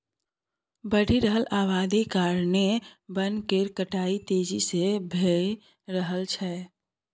बढ़ि रहल अबादी कारणेँ बन केर कटाई तेजी से भए रहल छै